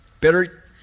Better